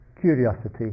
curiosity